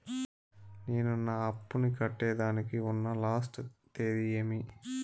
నేను నా అప్పుని కట్టేదానికి ఉన్న లాస్ట్ తేది ఏమి?